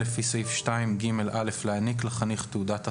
לפי סעיף 2ג(א) להעניק לחניך תעודת הסמכה,